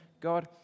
God